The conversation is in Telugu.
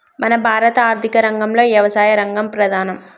మన భారత ఆర్థిక రంగంలో యవసాయ రంగం ప్రధానం